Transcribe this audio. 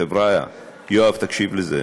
חבריא, יואב, תקשיב לזה: